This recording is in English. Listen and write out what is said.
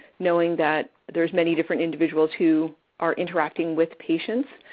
knowing that there's many different individuals who are interacting with patients.